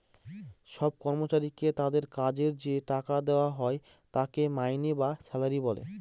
সব কর্মচারীকে তাদের কাজের যে টাকা দেওয়া হয় তাকে মাইনে বা স্যালারি বলে